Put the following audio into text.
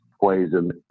poison